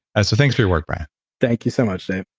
ah so thanks for your work, brian thank you so much, dave